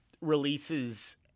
releases